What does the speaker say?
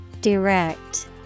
direct